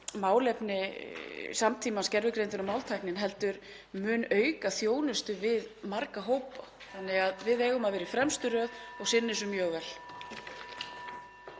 málefni samtímans, gervigreindin og máltæknin, heldur munu þau auka þjónustu við marga hópa þannig að við eigum að vera í fremstu röð og sinna þessu